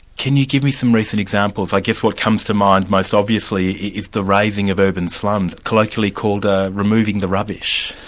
can you give me some recent examples? i guess what comes to mind most obviously is the razing of urban slums, colloquially called ah removing the rubbish.